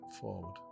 forward